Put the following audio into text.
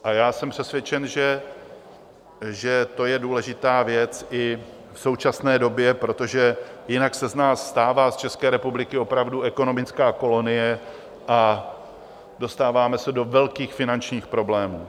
A já jsem přesvědčen, že to je důležitá věc i v současné době, protože jinak se z nás stává, z České republiky, opravdu ekonomická kolonie a dostáváme se do velkých finančních problémů.